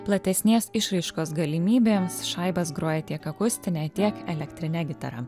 platesnės išraiškos galimybėms šaibas groja tiek akustine tiek elektrine gitara